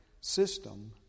system